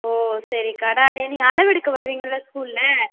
ஓ சரி நான் நீங்கள் அளவெடுக்க வருவிங்கள்ளல ஸ்கூலில்